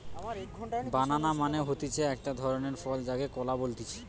বানানা মানে হতিছে একটো ধরণের ফল যাকে কলা বলতিছে